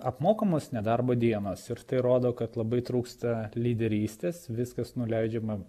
apmokamos nedarbo dienos ir tai rodo kad labai trūksta lyderystės viskas nuleidžiama